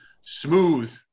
smooth